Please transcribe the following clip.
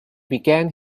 began